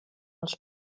als